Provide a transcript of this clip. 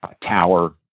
tower